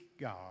God